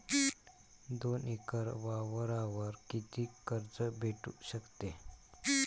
दोन एकर वावरावर कितीक कर्ज भेटू शकते?